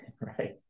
Right